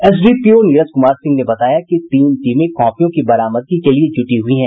SDPO Neeraj Kumar Singh ने बताया कि तीन टीमें कॉपियों की बरामदगी के लिए जुटी हुई है